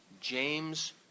James